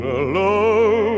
alone